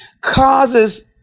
Causes